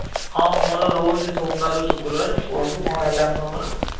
ହଁ ମୋର ରହୁଛି ସୋମବାରରୁ ଶୁକ୍ରବାର କୁହନ୍ତୁ କ'ଣ ହେଲା ଆପଣଙ୍କର